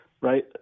Right